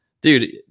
dude